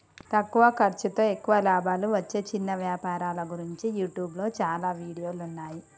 తక్కువ ఖర్సుతో ఎక్కువ లాభాలు వచ్చే చిన్న వ్యాపారాల గురించి యూట్యూబ్లో చాలా వీడియోలున్నయ్యి